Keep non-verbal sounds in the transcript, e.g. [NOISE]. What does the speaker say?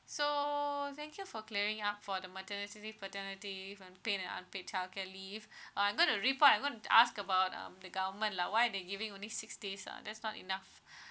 so thank you for clearing up for the maternity paternity leave on paid and unpaid childcare leave [BREATH] uh I'm going to report I going to ask about um the government lah why they giving only six days ah that's not enough [BREATH]